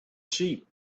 sheep